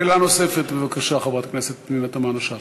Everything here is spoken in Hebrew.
שאלה נוספת, בבקשה, חברת הכנסת פנינה תמנו-שטה.